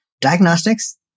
Diagnostics